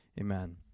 Amen